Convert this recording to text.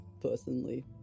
personally